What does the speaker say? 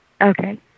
Okay